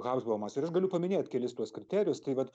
habsbomas ir aš galiu paminėt kelis tuos kriterijus tai vat